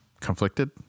conflicted